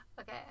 okay